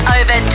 over